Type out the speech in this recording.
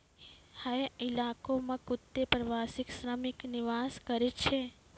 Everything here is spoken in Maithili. हय इलाको म कत्ते प्रवासी श्रमिक निवास करै छै